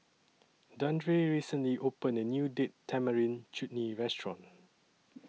Dandre recently opened A New Date Tamarind Chutney Restaurant